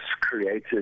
created